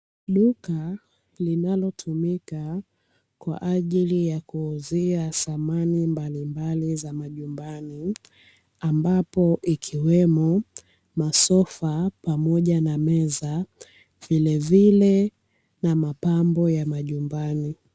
Duka linalotumika kwa ajili ya kuuzia samani mbalimbali za majumbani, ambapo ikiwemo masofa pamoja na meza vilevile na mapambo ya majumbani.